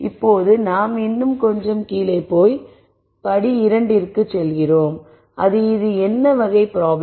இப்போது நாம் இன்னும் கொஞ்சம் கீழே போய் படி 2 க்குச் செல்கிறோம் அது இது என்ன வகை ப்ராப்ளம்